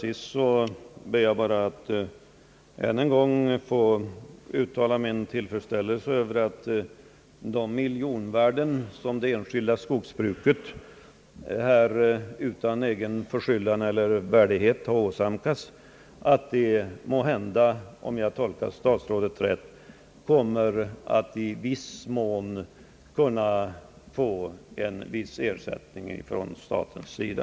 Till sist ber jag, herr talman, att ännu en gång få uttala min tillfredsstäl lelse över att de miljonskador som det enskilda skogsbruket utan egen förskyllan har åsamkats måhända kommer — om jag tolkar herr statsrådet rätt — att i viss mån bli ersatta från statens sida.